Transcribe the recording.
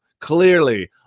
clearly